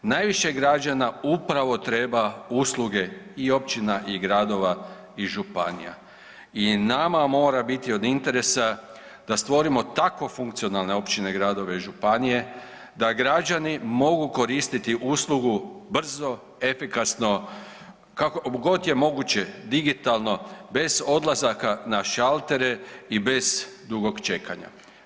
Najviše građana upravo treba usluge i općina i gradova i županija i nama mora biti od interesa da stvorimo tako funkcionalne općine, gradove i županije da građani mogu koristiti uslugu brzo, efikasno, kako god je moguće digitalno bez odlazaka na šaltere i bez dugog čekanja.